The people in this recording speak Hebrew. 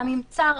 גם אם צר,